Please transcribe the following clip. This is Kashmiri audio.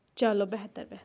چلو بہتر بہتر